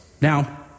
Now